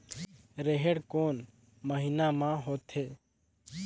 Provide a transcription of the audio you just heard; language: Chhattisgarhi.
रेहेण कोन महीना म होथे?